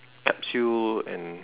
capsule and